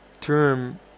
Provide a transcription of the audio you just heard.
term